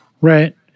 Right